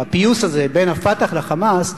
או הפיוס הזה בין ה"פתח" ל"חמאס",